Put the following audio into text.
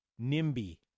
NIMBY